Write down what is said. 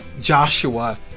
Joshua